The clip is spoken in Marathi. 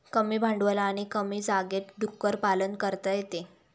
कमी भांडवल आणि कमी जागेत डुक्कर पालन करता येते